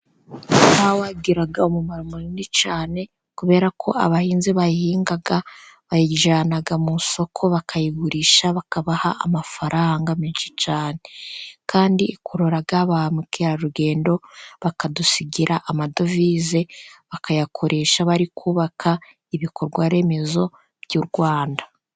Ikawa igira umumaro munini cyane kubera ko abahinzi bayihinga bayijyana mu isoko bakayigurisha, bakabaha amafaranga menshi cyane, kandi ikurura ba mukerarugendo bakadusigira amadovize, bakayakoresha bari kubaka ibikorwa remezo by'u Rwanda.